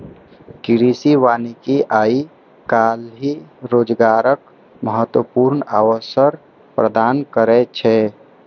कृषि वानिकी आइ काल्हि रोजगारक महत्वपूर्ण अवसर प्रदान करै छै